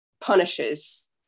punishes